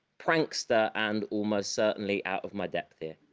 prankster, and almost certainly out of my depth here!